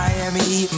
Miami